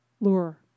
lure